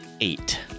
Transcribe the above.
Eight